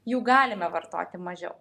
jų galime vartoti mažiau